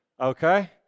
Okay